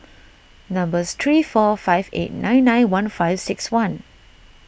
number three four five eight nine nine one five six one